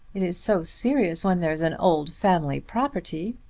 it is so serious when there's an old family property.